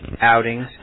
outings